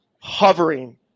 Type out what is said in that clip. hovering